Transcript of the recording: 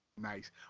Nice